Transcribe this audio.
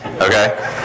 Okay